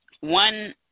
One